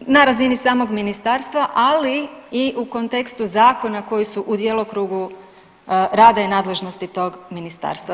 na razini samog ministarstva, ali i u kontekstu zakona koji su u djelokrugu rada i nadležnosti tog ministarstva.